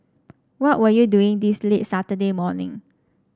what were you doing this late Saturday morning